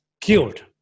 killed